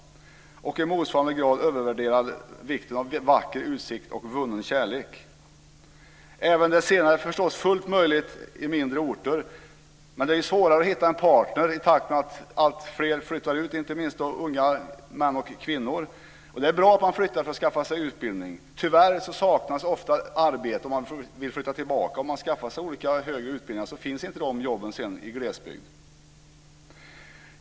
I motsvarande grad övervärderar man vikten av vacker utsikt och vunnen kärlek. Även det senare är förstås fullt möjligt att åstadkomma på mindre orter, men det blir allt svårare att hitta en partner i takt med att alltfler flyttar ut, inte minst unga män och kvinnor. Det är bra att flytta för att skaffa sig utbildning, men tyvärr saknas ofta arbete för dem som vill flytta tillbaka. För dem som skaffar sig högre utbildningar finns inte jobb i glesbygd.